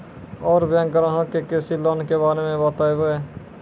और बैंक ग्राहक के कृषि लोन के बारे मे बातेबे?